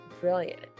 brilliant